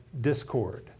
discord